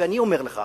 ואני אומר לך,